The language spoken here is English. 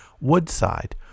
Woodside